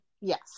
Yes